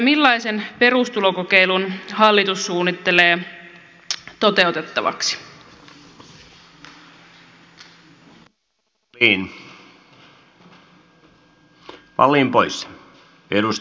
millaisen perustulokokeilun hallitus suunnittelee toteutettavaksi